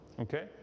okay